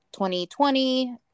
2020